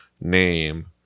name